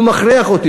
הוא מכריח אותי,